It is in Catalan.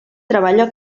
treballa